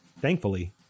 Thankfully